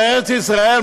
בארץ ישראל,